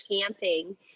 camping